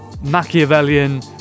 Machiavellian